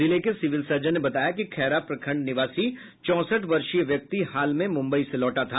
जिले के civil surgeon ने बताया कि खैरा प्रखंड निवासी चौंसठ वर्षीय व्यक्ति हाल में मुंबई से लौटा था